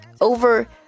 over